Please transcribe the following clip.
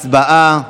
הצבעה.